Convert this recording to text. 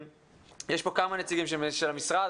יש פה כמה נציגים של המשרד,